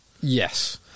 Yes